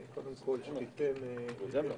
אנחנו שומעים אותך במקוטע.